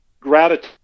gratitude